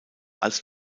als